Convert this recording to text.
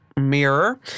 Mirror